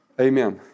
Amen